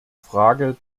frage